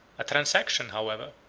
a transaction, however,